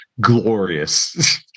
glorious